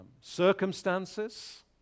circumstances